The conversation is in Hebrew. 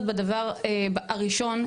הדבר הראשון,